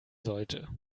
sollte